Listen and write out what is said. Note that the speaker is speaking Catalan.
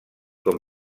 com